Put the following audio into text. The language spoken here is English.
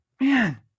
Man